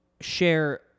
share